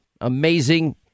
Amazing